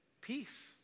peace